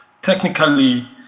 Technically